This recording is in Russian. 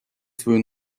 свою